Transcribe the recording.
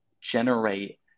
generate